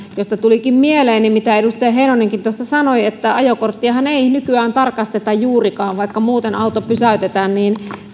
josta tulikin mieleeni mitä edustaja heinonenkin tuossa sanoi että ajokorttiahan ei nykyään tarkasteta juurikaan vaikka muuten auto pysäytetään niin